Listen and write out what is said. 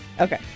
Okay